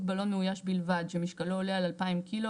בלון מאויש בלבד שמשקלו עולה על 2,000 קילו,